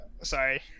sorry